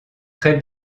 très